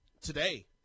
today